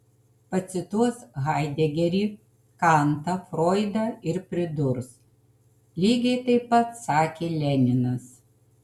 pacituos haidegerį kantą froidą ir pridurs lygiai taip pat sakė leninas